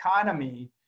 economy